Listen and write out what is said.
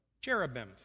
cherubims